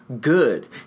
good